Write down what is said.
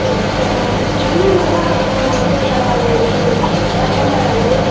अच्छा तो इतना ज़्यादा रेट लगा रही हैं दीदी थोड़ा कम लगाइए